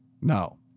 no